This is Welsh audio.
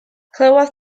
clywodd